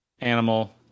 animal